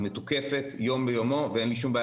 היא מתוקפת יום ביומו ואין לי שום בעיה